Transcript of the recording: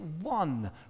one